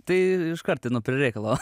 tai iškart einu prie reikalo